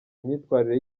imyitwarire